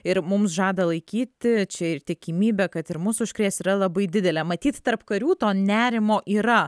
ir mums žada laikyti čia ir tikimybė kad ir mus užkrės yra labai didelė matyt tarp karių to nerimo yra